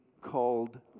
called